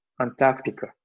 Antarctica